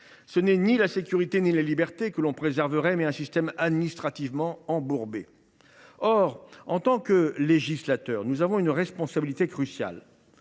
Ce n’est ni la sécurité ni la liberté que l’on préserverait, mais un système administrativement embourbé. Or, en tant que législateurs, nous avons une responsabilité cruciale